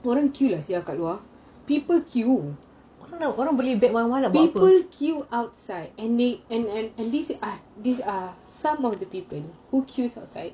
orang beli bag warna-warna buat apa